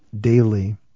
daily